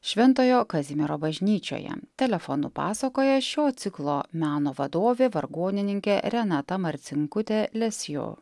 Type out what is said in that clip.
šventojo kazimiero bažnyčioje telefonu pasakoja šio ciklo meno vadovė vargonininkė renata marcinkutė lesjo